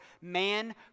Man